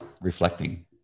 reflecting